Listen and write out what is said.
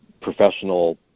professional